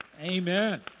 Amen